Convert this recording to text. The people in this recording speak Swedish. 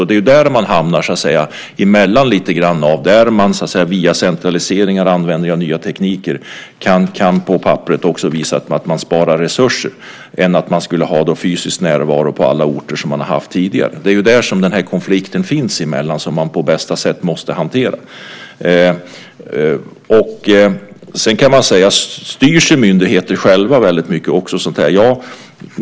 Det är där man hamnar lite emellan, där man via centralisering och användning av nya tekniker också på papperet kan visa att man sparar resurser jämfört med om man skulle ha en fysisk närvaro på alla platser där man har haft det tidigare. Det är där den här konflikten finns som man på bästa sätt måste hantera. Sedan kan man säga att myndigheter också styr sig själva väldigt mycket.